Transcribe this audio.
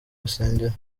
rusengero